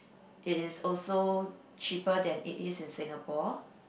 it is also cheaper than it is in Singapore